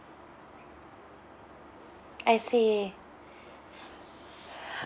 I see